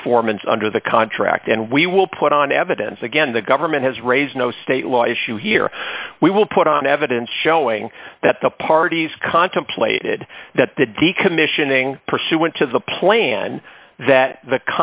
performance under the contract and we will put on evidence again the government has raised no state law issue here we will put on evidence showing that the parties contemplated that the decommissioning pursuant to the plan that the